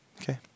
Okay